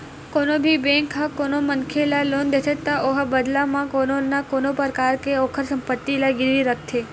कोनो भी बेंक ह कोनो मनखे ल लोन देथे त ओहा बदला म कोनो न कोनो परकार ले ओखर संपत्ति ला गिरवी रखथे